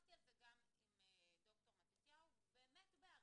שוחחתי על זה גם עם ד"ר מתתיהו באמת באריכות,